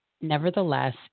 Nevertheless